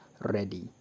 ready